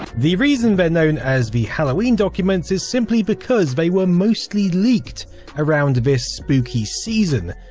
the reason they're known as the halloween documents is simply because they were mostly leaked around this spooky season,